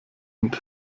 und